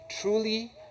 truly